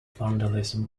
vandalism